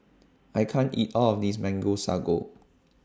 I can't eat All of This Mango Sago